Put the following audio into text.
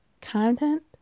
content